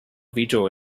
veto